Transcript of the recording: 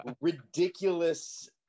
ridiculous